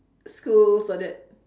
schools all that